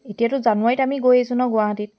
এতিয়াতো জানুৱাৰীত আমি গৈ আহিছোঁ ন গুৱাহাটীত